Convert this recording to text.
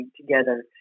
together